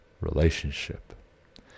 relationship